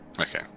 Okay